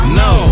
no